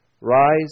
Rise